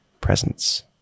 presence